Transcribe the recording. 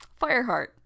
Fireheart